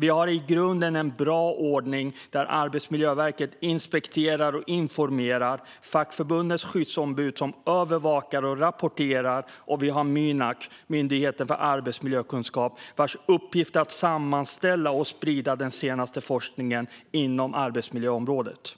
Vi har i grunden en bra ordning där Arbetsmiljöverket inspekterar och informerar och fackförbundens skyddsombud övervakar och rapporterar. Vi har Mynak, Myndigheten för arbetsmiljökunskap, vars uppgift är att sammanställa och sprida den senaste forskningen inom arbetsmiljöområdet.